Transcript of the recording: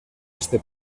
este